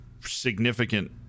significant